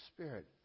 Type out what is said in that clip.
spirit